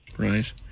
Right